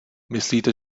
myslíte